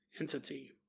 entity